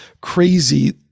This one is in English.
crazy